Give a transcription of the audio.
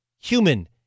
human